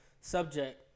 subject